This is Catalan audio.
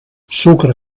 sucre